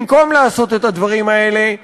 במקום לעשות את הדברים האלה,